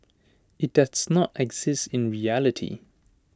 IT does not exist in reality